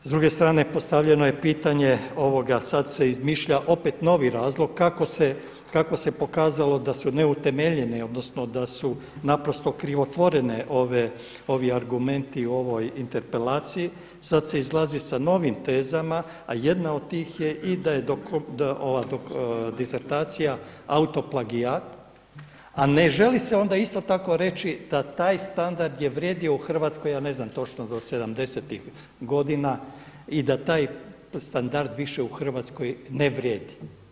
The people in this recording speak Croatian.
S druge strane postavljeno je pitanje ovoga, sada se izmišlja opet novi razlog kako se pokazalo da su neutemeljene da su naprosto krivotvoreni argumenti u ovoj interpelaciji, sada se izlazi sa novim tezama, a jedna od tih je i da je disertacija autoplagijat, a ne želi se onda isto tako reći da taj standard je vrijedio u Hrvatskoj, ja ne znam točno do sedamdesetih godina i da taj standard više u Hrvatskoj više ne vrijedi.